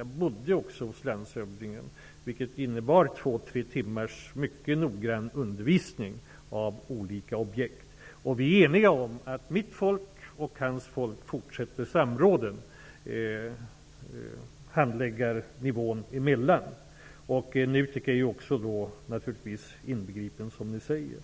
Jag bodde också hos honom, vilket innebar två tre timmars mycket noggrann undervisning om olika objekt. Vi är eniga om att mitt folk och hans folk skall fortsätta samråden på handläggarnivå. NUTEK är också inbegripet, som Ingvar Johnsson och Rune Evensson säger.